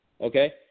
okay